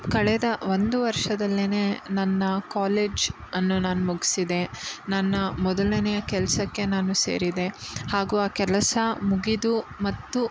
ಕಳೆದ ಒಂದು ವರ್ಷದಲ್ಲೇ ನನ್ನ ಕಾಲೇಜ್ ಅನ್ನು ನಾನು ಮುಗಿಸಿದೆ ನನ್ನ ಮೊದಲನೆಯ ಕೆಲಸಕ್ಕೆ ನಾನು ಸೇರಿದೆ ಹಾಗೂ ಆ ಕೆಲಸ ಮುಗಿದು ಮತ್ತು